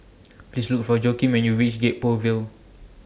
Please Look For Joaquin when YOU REACH Gek Poh Ville